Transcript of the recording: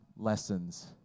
lessons